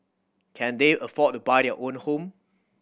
can they afford to buy their own home